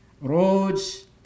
roads